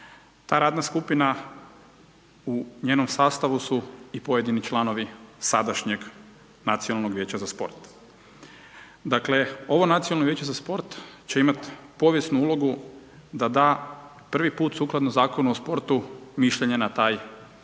Ta radna skupina u njenom sastavu su i pojedini članovi, sadašnjeg Nacionalnog vijeća za sport. Dakle, ovo Nacionalno vijeće za sport će imati povijesnu ulogu da da, prvi puta sukladno Zakona o sportu, mišljenja na taj